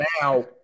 now